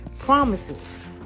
Promises